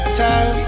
time